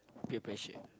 peer pressure